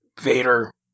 Vader